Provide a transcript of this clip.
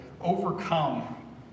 overcome